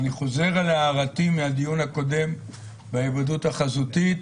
אני חוזר על הערתי מהדיון הקודם בהיוועדות החזותית,